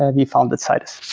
ah we founded citus.